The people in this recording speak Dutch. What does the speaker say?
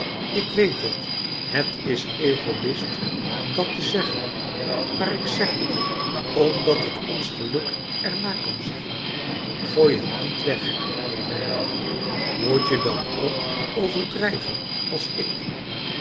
ik weet het het is egoïst dat te zeggen maar louis couperus metamorfoze ik zeg het omdat ik ons geluk er na kan zeggen gooi het niet weg hélène moet je dan ook overdrijven als ik